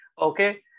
Okay